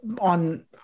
on